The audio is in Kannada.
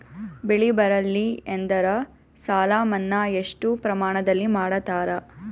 ಬೆಳಿ ಬರಲ್ಲಿ ಎಂದರ ಸಾಲ ಮನ್ನಾ ಎಷ್ಟು ಪ್ರಮಾಣದಲ್ಲಿ ಮಾಡತಾರ?